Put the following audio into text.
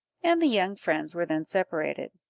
and the young friends were then separated.